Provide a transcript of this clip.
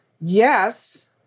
yes